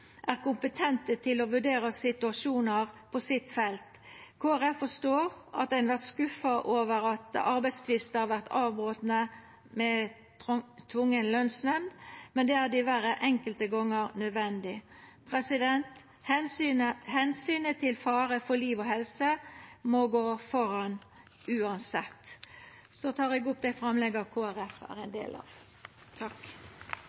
er kompetente til å vurdera situasjonar på sitt felt. Kristeleg Folkeparti forstår at ein vert skuffa over at arbeidstvistar vert avbrotne ved tvungen lønsnemnd, men det er diverre enkelte gonger nødvendig. Omsynet til liv og helse må gå føre – uansett. Det vi har sett den siste uken, er